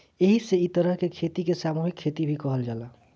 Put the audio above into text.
एही से इ तरह के खेती के सामूहिक खेती भी कहल जाला